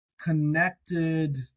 connected